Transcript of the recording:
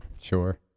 sure